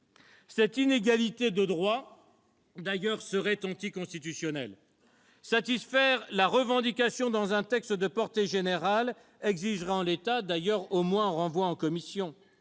Cette inégalité de droit serait d'ailleurs anticonstitutionnelle. Satisfaire cette revendication dans un texte de portée générale exigerait, en l'état, au moins un renvoi à la commission.